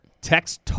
text